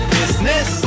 business